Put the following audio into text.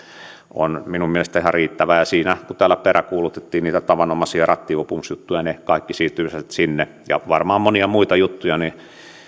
on minun mielestäni ihan riittävä ja kun täällä peräänkuulutettiin niitä tavanomaisia rattijuopumusjuttuja silloin ne kaikki siirtyisivät sinne ja varmaan monia muita juttuja